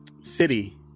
city